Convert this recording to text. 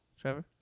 Trevor